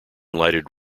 lighted